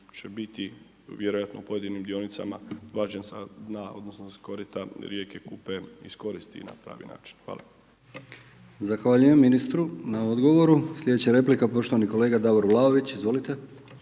će biti vjerojatno u pojedinim dionicama vađen sa dna, odnosno sa korita rijeke Kupe, iskoristi na pravi način. Hvala. **Brkić, Milijan (HDZ)** Zahvaljujem ministru na odgovoru. Sljedeća replika poštovani kolega Davor Vlaović, izvolite.